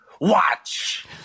Watch